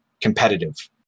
competitive